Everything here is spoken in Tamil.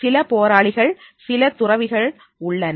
சில போராளிகள் சிலர் துறவிகள் உள்ளனர்